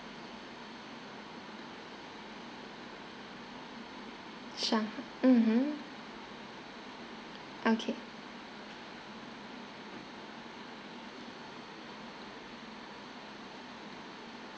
shang mmhmm okay